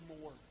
more